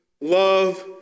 Love